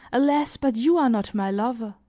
alas! but you are not my lover.